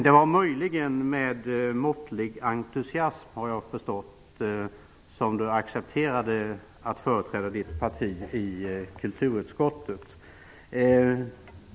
Det var möjligen med måttlig entusiasm, har jag förstått, som du accepterade att företräda ditt parti i kulturutskottet.